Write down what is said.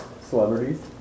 Celebrities